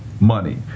money